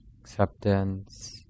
acceptance